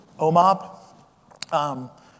OMOP